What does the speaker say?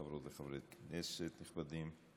חברות וחברי כנסת נכבדים,